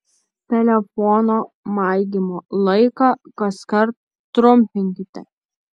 telefono maigymo laiką kaskart trumpinkite